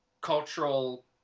cultural